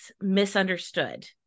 misunderstood